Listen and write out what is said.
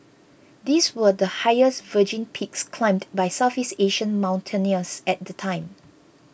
these were the highest virgin peaks climbed by Southeast Asian mountaineers at the time